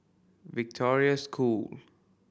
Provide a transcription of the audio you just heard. Victoria School